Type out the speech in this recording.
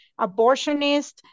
abortionist